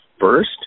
first